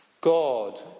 God